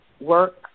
work